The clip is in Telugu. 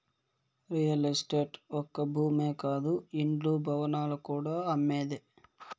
రియల్ ఎస్టేట్ ఒక్క భూమే కాదు ఇండ్లు, భవనాలు కూడా అమ్మేదే